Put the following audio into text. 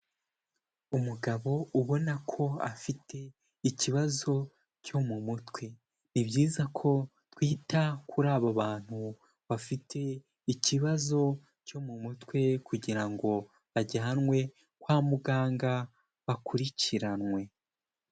Umugabo ubona ko afite ikibazo cyo mu mutwe, ni byiza ko twita kuri abo bantu bafite ikibazo cyo mu mutwe kugira ngo ajyanwe kwa muganga bakurikiranwe.